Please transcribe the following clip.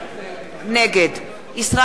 נגד ישראל אייכלר,